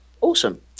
Awesome